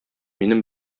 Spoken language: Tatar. минем